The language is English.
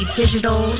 digital